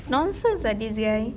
nonsense lah this guy